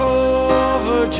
over